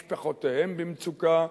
משפחותיהם במצוקה.